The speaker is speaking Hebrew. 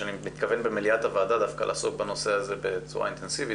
שאני מתכוון במליאת הוועדה דווקא לעסוק בנושא הזה בצורה אינטנסיבית,